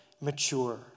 mature